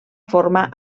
forma